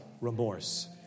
remorse